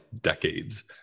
decades